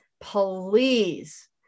please